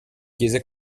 chiese